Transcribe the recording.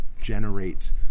generate